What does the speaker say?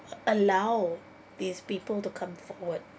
allow these people to come forward